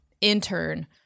intern